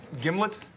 Gimlet